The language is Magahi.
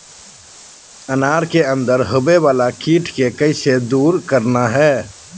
अनार के अंदर होवे वाला कीट के कैसे दूर करना है?